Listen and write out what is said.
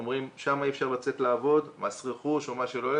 אומרים שם אי אפשר לצאת לעבוד מס רכוש או מה שלא יהיה,